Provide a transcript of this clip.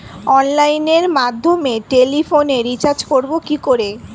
অনলাইনের মাধ্যমে টেলিফোনে রিচার্জ করব কি করে?